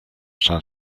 san